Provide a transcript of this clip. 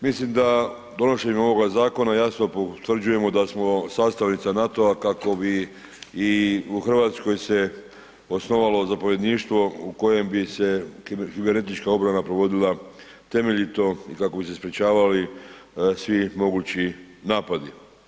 Mislim da donošenjem ovoga zakona jasno utvrđujemo da smo sastavnica NATO-a kako bi i u Hrvatskoj se osnovalo zapovjedništvo u kojem bi se kibernetička obrana provodila temeljito i kako bi se sprječavali svi mogući napadi.